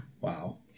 Wow